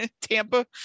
Tampa